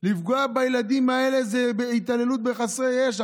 לפגוע בילדים האלה זה התעללות בחסרי ישע.